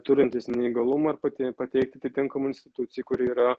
turintis neįgalumą ir pati pateikti atitinkamai institucijai kuri yra